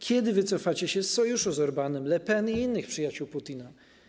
Kiedy wycofacie się z sojuszu z Orbánem, Le Pen i innymi przyjaciółmi Putina?